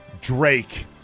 Drake